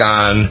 on